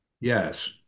Yes